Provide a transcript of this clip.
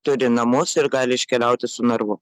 turi namus ir gali iškeliauti su narvu